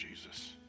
Jesus